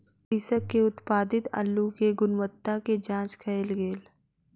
कृषक के उत्पादित अल्लु के गुणवत्ता के जांच कएल गेल